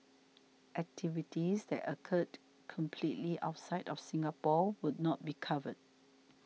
activities that occurred completely outside of Singapore would not be covered